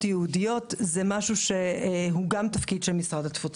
יהודיות זה משהו שהוא גם תפקיד של משרד התפוצות.